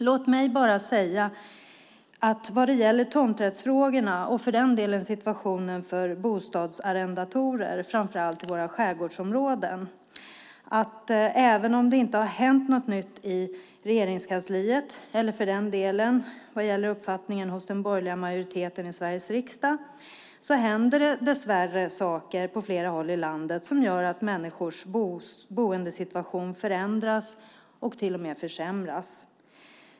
Låt mig bara säga vad gäller tomträttsfrågorna och situationen för bostadsarrendator, framför allt i våra skärgårdsområden, att även om det inte har hänt något nytt i Regeringskansliet eller när det gäller uppfattningen hos den borgerliga majoriteten i Sveriges riksdag händer det dessvärre saker på flera håll i landet som gör att människors boendesituation förändras och till och med försämras.